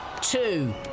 two